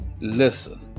listen